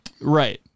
Right